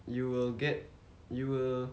you will get you will